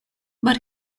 but